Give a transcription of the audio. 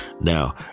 Now